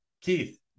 keith